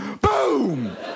Boom